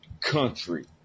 country